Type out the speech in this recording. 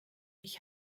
ich